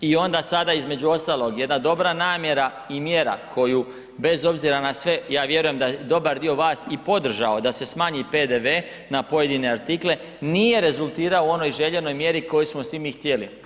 I onda sada između ostalog, jedna dobra namjera i mjera koju bez obzira na sve, ja vjerujem da dobar dio vas i podržao da se smanji PDV na pojedine artikle nije rezultirao u onoj željenoj mjeri koju smo svi mi htjeli.